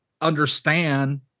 understand